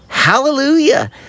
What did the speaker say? Hallelujah